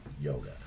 yoga